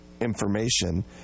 information